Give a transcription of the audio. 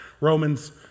Romans